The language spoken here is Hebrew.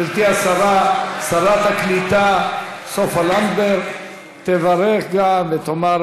גברתי השרה, שרת הקליטה סופה לנדבר, תברך ותאמר